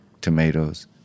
tomatoes